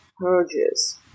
purges